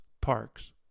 parks